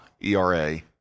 ERA